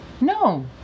No